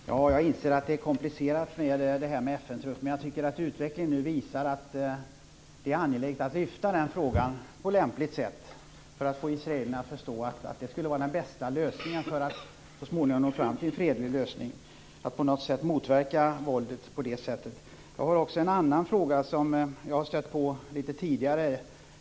Herr talman! Jag inser att frågan om FN-trupp är komplicerad. Men jag tycker att utvecklingen nu visar att det är angeläget att lyfta den frågan på lämpligt sätt för att få israelerna att förstå att det skulle vara den bästa lösningen för att så småningom nå fram till en fredlig lösning, att motverka våldet på det sättet. Jag har en annan fråga som jag har stött på tidigare.